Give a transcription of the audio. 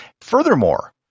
Furthermore